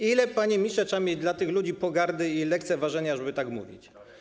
Ile, panie ministrze, trzeba mieć dla tych ludzi pogardy i lekceważenia, żeby tak mówić.